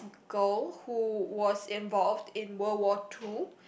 girl who was involved in World War Two